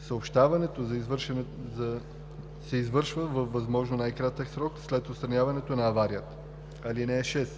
съобщаването се извършва във възможно най-кратък срок след отстраняването на аварията. (6)